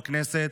בכנסת,